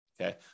okay